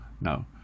No